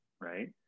right